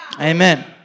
Amen